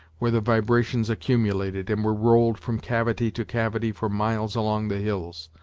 where the vibrations accumulated, and were rolled from cavity to cavity for miles along the hills,